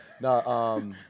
No